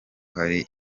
hari